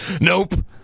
Nope